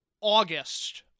August